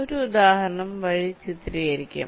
ഒരു ഉദാഹരണം വഴി ചിത്രീകരിക്കാം